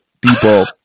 people